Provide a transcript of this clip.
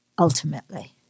Ultimately